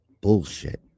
bullshit